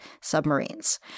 submarines